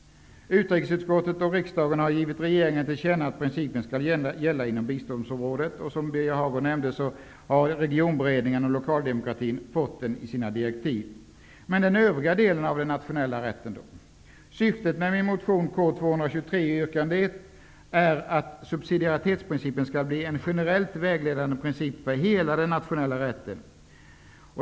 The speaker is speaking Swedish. Utrikesutskottet och riksdagen har givit regeringen till känna att principen skall gälla inom biståndsområdet. Regionberedningen och Lokaldemokratikommittén har, som Birger Hagård nämnde, den i sina direktiv. Men den övriga delen av den nationella rätten då? Syftet med min motion K223 yrkande 1 är att subsidiaritetsprincipen skall bli en generellt vägledande princip för hela den nationella rätten.